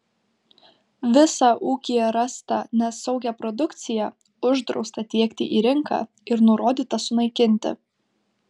visą ūkyje rastą nesaugią produkciją uždrausta tiekti į rinką ir nurodyta sunaikinti